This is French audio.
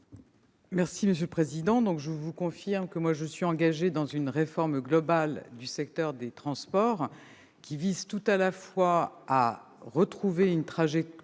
du Gouvernement ? Je vous confirme que je suis engagée dans une réforme globale du secteur des transports qui vise tout à la fois à retrouver une trajectoire